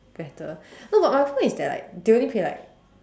better no but my point is that like they only pay like